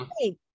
hey